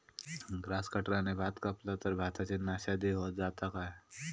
Grass कटराने भात कपला तर भाताची नाशादी जाता काय?